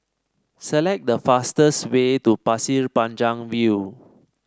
select the fastest way to Pasir Panjang View